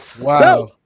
Wow